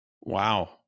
wow